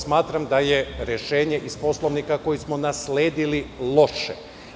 Smatram da je rešenje iz Poslovnika koji smo nasledili loše.